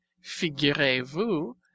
figurez-vous